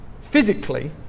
physically